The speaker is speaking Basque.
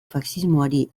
faxismoari